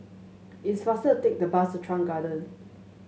it is faster take the bus to Chuan Garden